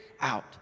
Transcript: out